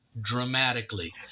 dramatically